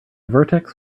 vertex